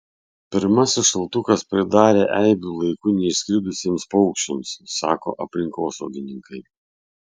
pirmasis šaltukas pridarė eibių laiku neišskridusiems paukščiams sako aplinkosaugininkai